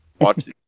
Watch